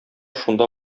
шунда